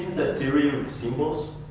that theory of symbols